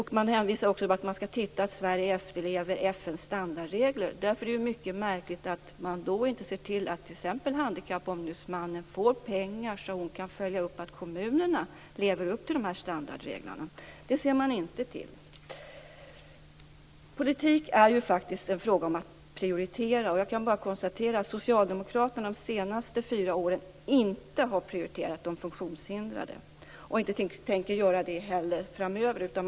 Han hänvisar också till att man skall titta på att Sverige efterlever FN:s standardregler. Därför är det mycket märkligt att man då inte ser till att t.ex. Handikappombudsmannen får pengar så att hon kan följa upp att kommunerna lever upp till de här standardreglerna. Det ser man inte till. Politik är ju faktiskt en fråga om att prioritera. Jag kan bara konstatera att Socialdemokraterna de senaste fyra åren inte har prioriterat de funktionshindrade och att de inte tänker göra det framöver heller.